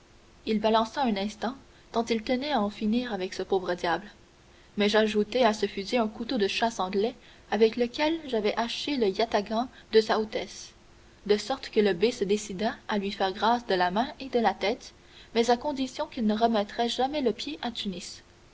il balança un instant tant il tenait à en finir avec ce pauvre diable mais j'ajoutai à ce fusil un couteau de chasse anglais avec lequel j'avais haché le yatagan de sa hautesse de sorte que le bey se décida à lui faire grâce de la main et de la tête mais à condition qu'il ne remettrait jamais le pied à tunis